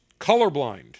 Colorblind